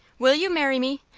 will you marry me?